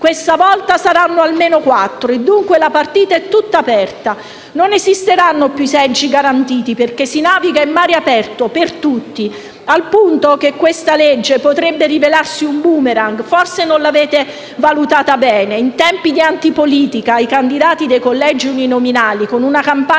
questa volta saranno almeno quattro. Dunque, la partita è tutta aperta. Non esisteranno più i seggi garantiti, perché si naviga in mare aperto, e questo vale per tutti, al punto che questa legge potrebbe rivelarsi un *boomerang*. Forse non avete valutato bene questo. In tempi di antipolitica, i candidati dei collegi uninominali con una campagna